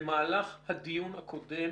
במהלך הדיון הקודם